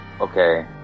okay